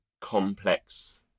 complex